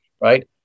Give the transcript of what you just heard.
Right